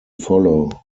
follow